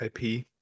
IP